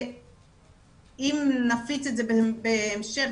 אם נפיץ את זה בהמשך,